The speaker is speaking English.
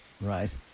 Right